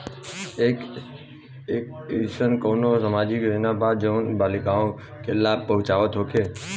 का एइसन कौनो सामाजिक योजना बा जउन बालिकाओं के लाभ पहुँचावत होखे?